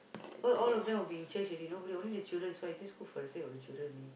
so all of them will be in church already nobody only the children so I just cook for the sake of the children only